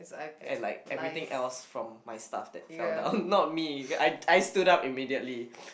and like everything else from my stuff that fell down not me I I stood up immediately